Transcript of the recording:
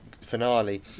finale